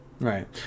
Right